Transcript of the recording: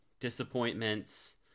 disappointments